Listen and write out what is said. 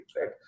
right